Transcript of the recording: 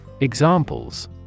Examples